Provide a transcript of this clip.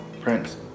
prince